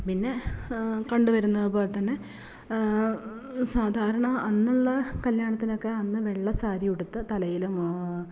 പിന്നെ കണ്ട് വരുന്നത് പോലെ തന്നെ സാധാരണ അന്ന് ഉള്ള കല്യാണത്തിനൊക്കെ അന്ന് വെള്ള സാരി ഉടുത്ത് തലയിൽ